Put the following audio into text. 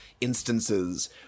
instances